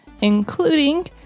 including